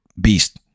beast